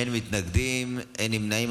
אין מתנגדים, אין נמנעים.